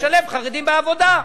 לשלב חרדים בעבודה.